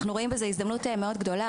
אנחנו רואים בזה הזדמנות מאוד גדולה.